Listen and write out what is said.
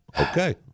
Okay